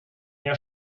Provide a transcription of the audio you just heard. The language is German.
jahr